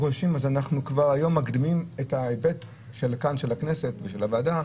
כבר היום אנחנו מקדימים את ההיבט של הכנסת ושל הוועדה,